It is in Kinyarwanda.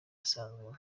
asanganywe